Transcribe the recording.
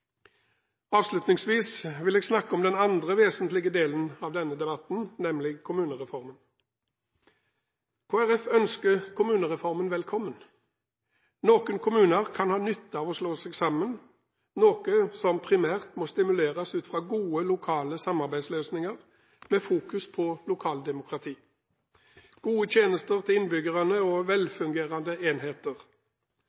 Avslutningsvis vil jeg snakke om den andre vesentlige delen av denne debatten, nemlig kommunereformen. Kristelig Folkeparti ønsker kommunereformen velkommen. Noen kommuner kan ha nytte av å slå seg sammen, noe som primært må stimuleres ut fra gode lokale samarbeidsløsninger med fokus på lokaldemokrati, gode tjenester til innbyggerne og